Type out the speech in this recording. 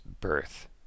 birth